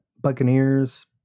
Buccaneers